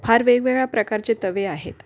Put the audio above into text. फार वेगवेगळ्या प्रकारचे तवे आहेत